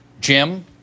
Jim